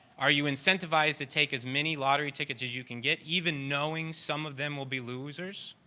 are you incentivize to take as many lottery tickets as you can get, even knowing some of them will be losers?